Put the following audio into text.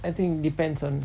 I think depends on